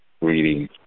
reading